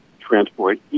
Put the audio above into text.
transport